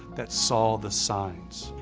that saw the signs.